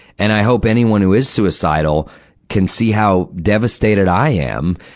and i hope anyone who is suicidal can see how devastated i am,